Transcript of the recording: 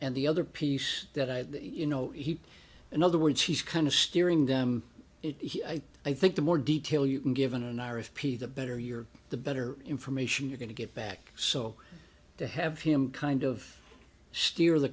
and the other piece that i you know in other words he's kind of steering them i think the more detail you can given an irish p the better your the better information you're going to get back so to have him kind of steer the